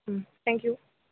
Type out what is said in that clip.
thank you